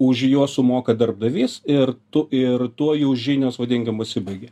už juos sumoka darbdavys ir tu ir tuo jų žinios vadinkim pasibaigia